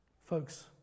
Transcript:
Folks